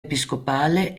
episcopale